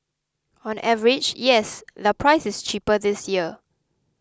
on average yes the price is cheaper this year